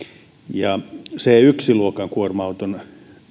c yksi luokan kuorma auton